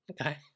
Okay